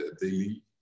daily